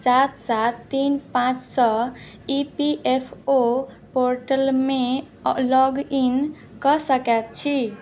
सात सात तीन पाँचसँ ई पी एफ ओ पोर्टलमे लॉगइन कऽ सकै छी